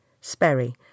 Sperry